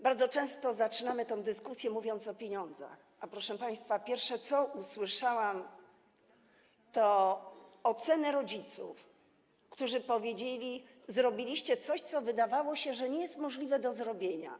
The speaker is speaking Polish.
Bardzo często zaczynamy tę dyskusję, mówiąc o pieniądzach, a pierwsze, co usłyszałam, to ocena rodziców, którzy powiedzieli: zrobiliście coś, co wydawało się, że nie jest możliwe do zrobienia.